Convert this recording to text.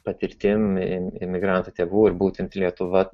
patirtim imigrantų tėvų ir būtent lietuva